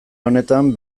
honetan